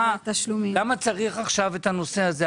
למה צריך עכשיו את הנושא הזה,